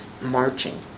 marching